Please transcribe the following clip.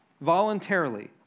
voluntarily